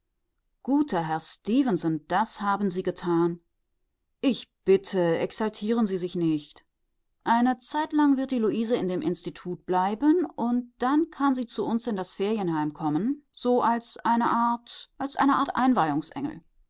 guter herr stefenson das haben sie getan ich bitte exaltieren sie sich nicht eine zeitlang wird die luise in dem institut bleiben und dann kann sie zu uns in das ferienheim kommen so als eine art als eine art